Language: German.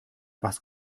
was